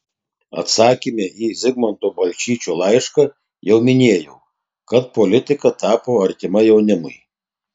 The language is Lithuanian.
atsakyme į zigmanto balčyčio laišką jau minėjau kad politika tapo artima jaunimui